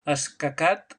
escacat